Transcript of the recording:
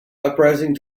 uprising